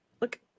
look